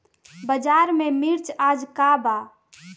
बाजार में मिर्च आज का बा?